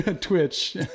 Twitch